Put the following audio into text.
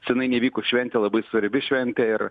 senai neįvykus šventė labai svarbi šventė ir